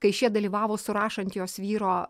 kai šie dalyvavo surašant jos vyro